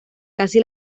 casi